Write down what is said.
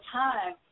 time